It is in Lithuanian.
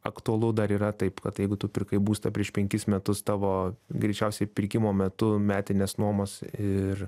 aktualu dar yra taip kad jeigu tu pirkai būstą prieš penkis metus tavo greičiausiai pirkimo metu metinės nuomos ir